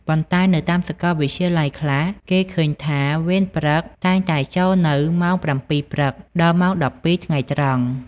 ប៉ុន្តែ នៅតាមសកលវិទ្យាល័យខ្លះ គេឃើញថា វេនព្រឹកតែងតែចូលនៅ ម៉ោង ៧ៈ០០ ព្រឹក ដល់ម៉ោង ១២ៈ០០ ថ្ងែត្រង់ ។